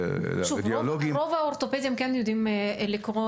שרדיולוגים --- שוב: רוב האורתופדים כן יודעים לקרוא